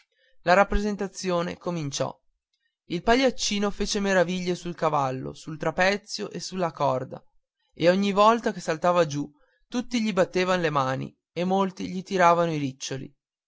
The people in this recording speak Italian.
la rappresentazione cominciò il pagliaccino fece meraviglie sul cavallo sul trapezio e sulla corda e ogni volta che saltava giù tutti gli battevan le mani e molti gli tiravano i riccioli